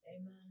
Amen